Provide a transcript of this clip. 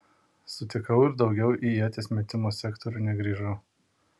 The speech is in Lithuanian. sutikau ir daugiau į ieties metimo sektorių negrįžau